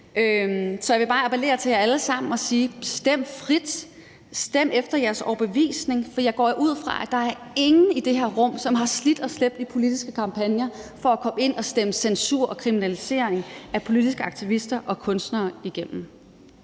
Jeg vil bare appellere til jer alle sammen og sige: Stem frit, stem efter jeres overbevisning, for jeg går ud fra, at der ikke er nogen i det her rum, som har slidt og slæbt i politiske kampagner for at komme ind og stemme censur og kriminalisering af politiske aktivister og kunstnere igennem.